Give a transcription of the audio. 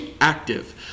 active